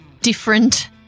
different